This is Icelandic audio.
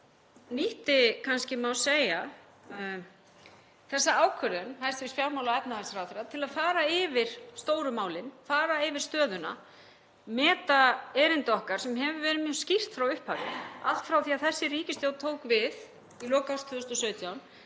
nýtti má segja þessa ákvörðun hæstv. fjármála- og efnahagsráðherra til að fara yfir stóru málin, fara yfir stöðuna, meta erindi okkar sem hefur verið mjög skýrt frá upphafi. Allt frá því að þessi ríkisstjórn tók við í lok árs 2017